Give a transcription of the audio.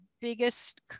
biggest